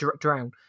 drown